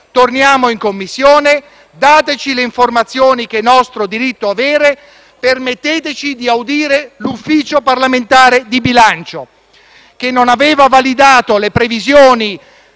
Torniamo in Commissione. Dateci le informazioni che è nostro diritto avere; permetteteci di audire l'Ufficio parlamentare di bilancio, che non aveva validato le previsioni